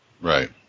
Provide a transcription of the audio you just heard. Right